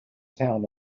town